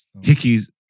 Hickey's